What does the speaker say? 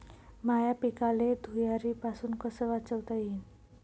माह्या पिकाले धुयारीपासुन कस वाचवता येईन?